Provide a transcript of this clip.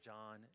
John